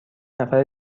نفر